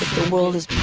world is